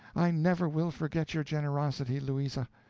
i never will forget your generosity, louisa.